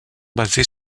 basé